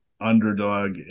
underdog